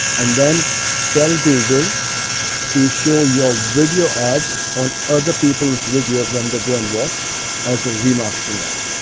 and then tell google to show your video ads on other people's videos when they go and watch as a re-marketing ad.